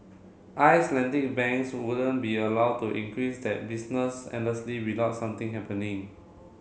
Icelandic banks wouldn't be allowed to increase that business endlessly without something happening